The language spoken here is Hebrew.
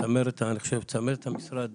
צמרת המשרד